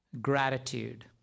Gratitude